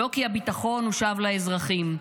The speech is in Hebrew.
לא כי הביטחון הושב לאזרחים.